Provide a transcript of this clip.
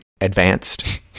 advanced